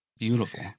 Beautiful